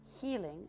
healing